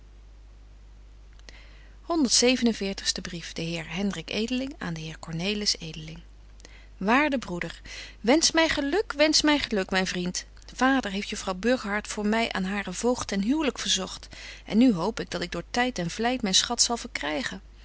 en veertigste brief de heer hendrik edeling aan den heer cornelis edeling waarde broeder wensch my geluk wensch my geluk myn vriend vader heeft juffrouw burgerhart voor my aan haren voogd ten huwlyk verzogt en nu hoop ik dat ik door tyd en vlyt myn schat zal verkrygen